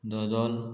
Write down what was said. दोदोल